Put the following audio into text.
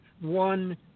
one